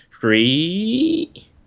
three